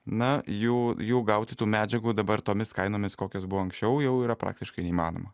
na jų jų gauti tų medžiagų dabar tomis kainomis kokios buvo anksčiau jau yra praktiškai neįmanoma